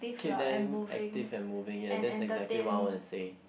keep them active and moving ya that's exactly what I wanna say